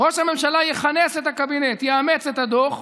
ראש הממשלה יכנס את הקבינט, יאמץ את הדוח,